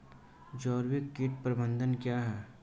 जैविक कीट प्रबंधन क्या है?